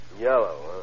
Yellow